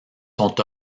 sont